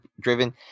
driven